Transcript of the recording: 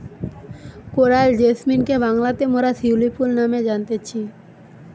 coral জেসমিনকে বাংলাতে মোরা শিউলি ফুল মানে জানতেছি